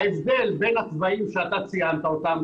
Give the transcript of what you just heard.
ההבדל בין התוואים שאתה ציינת אותם,